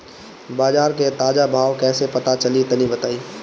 बाजार के ताजा भाव कैसे पता चली तनी बताई?